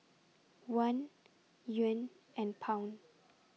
Won Yuan and Pound